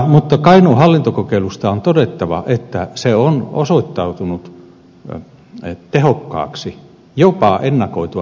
kainuun hallintokokeilusta on todettava että se on osoittautunut tehokkaaksi jopa ennakoitua paremmaksi